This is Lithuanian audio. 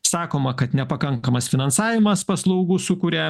sakoma kad nepakankamas finansavimas paslaugų sukuria